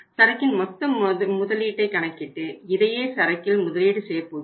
சரக்கின் மொத்த முதலீட்டை கணக்கிட்டு இதையே சரக்கில் முதலீடு செய்யப்போகிறோம்